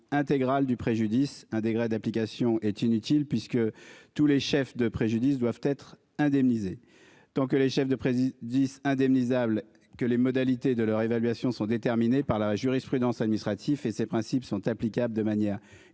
intégrale du préjudice. Un décret d'application est inutile puisque tous les chefs de préjudice doivent être indemnisés. Tant que les chefs de 10 indemnisables que les modalités de leur évaluation sont déterminés par la jurisprudence administratif et ses principes sont applicables de manière